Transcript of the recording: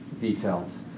details